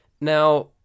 now